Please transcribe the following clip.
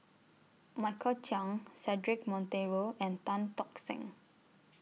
Michael Chiang Cedric Monteiro and Tan Tock Seng